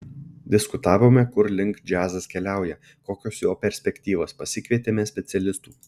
diskutavome kur link džiazas keliauja kokios jo perspektyvos pasikvietėme specialistų